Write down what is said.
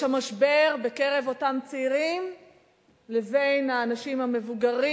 יש שם משבר בין אותם צעירים לבין האנשים המבוגרים.